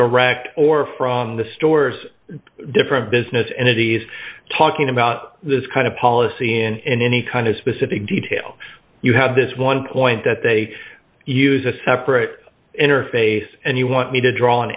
direct or from the store's different business and he's talking about this kind of policy in any kind of specific detail you have this one point that they use a separate interface and you want me to draw